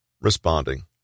Responding